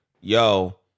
Yo